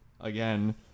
again